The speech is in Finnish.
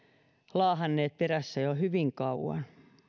laahanneet perässä jo hyvin kauan